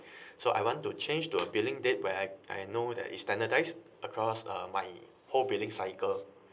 so I want to change to a billing date where I I know that is standardised across um my whole billing cycle